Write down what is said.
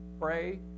Pray